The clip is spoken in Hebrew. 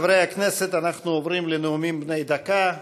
חברי הכנסת, אנחנו עוברים לנאומים בני דקה.